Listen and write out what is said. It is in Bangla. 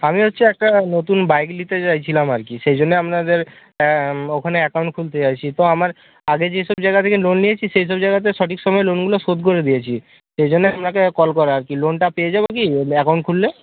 আমি হচ্ছে একটা নতুন বাইক নিতে চাইছিলাম আর কি সেইজন্যে আপনাদের ওখানে অ্যাকাউন্ট খুলতে চাইছি তো আমার আগে যেই সব জায়গা থেকে লোন নিয়েছি সেই সব জায়গাতে সঠিক সময় লোনগুলো শোধ করে দিয়েছি সেইজন্যে আপনাকে কল করা আর কি লোনটা পেয়ে যাব কি অ্যাকাউন্ট খুললে